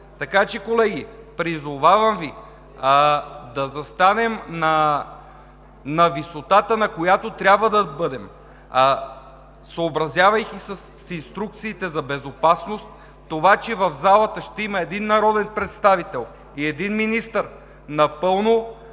Така че, колеги, призовавам Ви да застанем на висотата, на която трябва да бъдем, съобразявайки се с инструкциите за безопасност. Това, че в залата ще има един народен представител и един министър, напълно